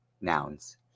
nouns